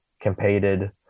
competed